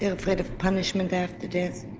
and afraid of punishment after death,